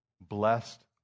blessed